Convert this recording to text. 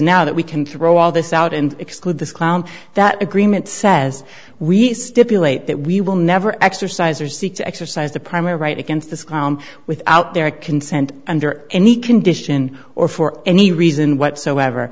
now that we can throw all this out and exclude this clown that agreement says we stipulate that we will never exercise or seek to exercise the primary right against this clown without their consent under any condition or for any reason whatsoever